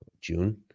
June